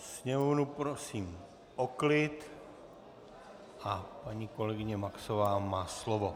Sněmovnu prosím o klid a paní kolegyně Maxová má slovo.